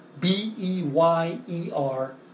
B-E-Y-E-R